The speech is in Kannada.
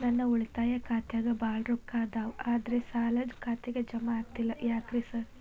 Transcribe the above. ನನ್ ಉಳಿತಾಯ ಖಾತ್ಯಾಗ ಬಾಳ್ ರೊಕ್ಕಾ ಅದಾವ ಆದ್ರೆ ಸಾಲ್ದ ಖಾತೆಗೆ ಜಮಾ ಆಗ್ತಿಲ್ಲ ಯಾಕ್ರೇ ಸಾರ್?